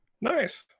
Nice